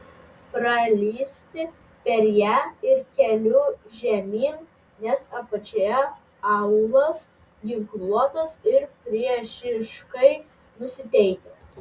pralįsti per ją ir keliu žemyn nes apačioje aūlas ginkluotas ir priešiškai nusiteikęs